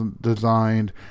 designed